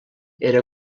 era